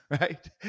right